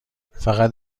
فقط